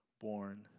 born